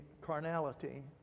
carnality